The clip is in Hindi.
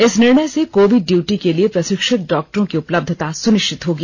इस निर्णय से कोविड ड्यूटी के लिए प्रशिक्षित डॉक्टरों की उपलब्धता सुनिश्चित होगी